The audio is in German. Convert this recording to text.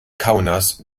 kaunas